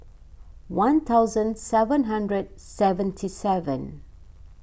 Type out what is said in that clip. one thousand seven hundred seventy seven